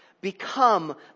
become